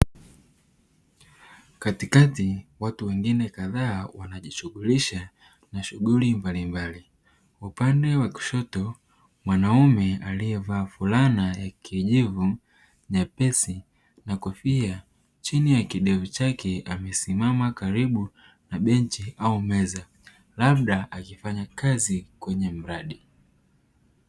Katikati watu wengine kadhaa wanajishughulisha na shughuli mbalimbali, upande wa kushoto mwanaume aliyevaa fulana ya kijivu nyepesi na kofia chini ya kidevu chake, amesimama karibu na benchi au meza labda akifanya kazi kwenye mradi.